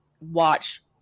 watch